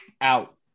out